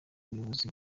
ubuyobozi